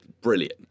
brilliant